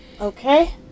okay